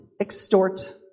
extort